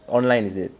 online is it